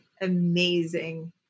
amazing